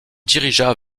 dirigea